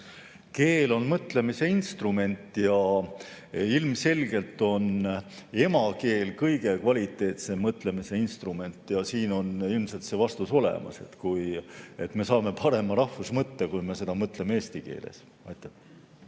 Keel on mõtlemise instrument ja ilmselgelt on emakeel kõige kvaliteetsem mõtlemise instrument. Siin on ilmselt vastus olemas: me saame parema rahvusmõtte, kui me mõtleme eesti keeles.